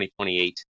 2028